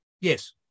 Yes